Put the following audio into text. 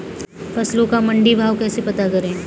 फसलों का मंडी भाव कैसे पता करें?